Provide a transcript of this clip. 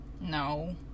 no